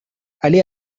allez